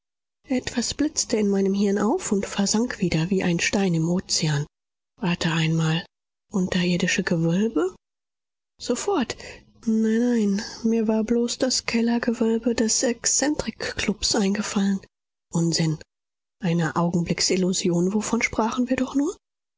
etwas blitzte in meinem hirn auf und versank wieder wie ein stein im ozean warte einmal unterirdische gewölbe sofort nein nein mir war bloß das kellergewölbe des exzentrikklubs eingefallen unsinn eine augenblicksillusion wovon sprachen wir doch nur